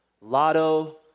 Lotto